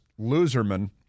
loserman